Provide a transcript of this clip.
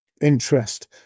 interest